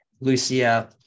Lucia